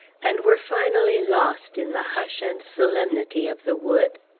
and were finally lost in the hush and solemnity of the wood.